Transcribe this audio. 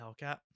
Hellcat